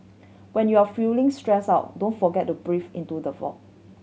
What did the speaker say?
when you are feeling stressed out don't forget to breathe into the void